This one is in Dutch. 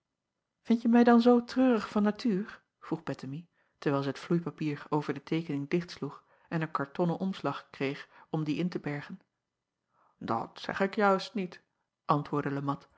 indje mij dan zoo treurig van natuur vroeg ettemie terwijl zij het vloeipapier over de teekening dichtsloeg en een kartonnen omslag kreeg om die in te bergen at zeg ik juist niet antwoordde e at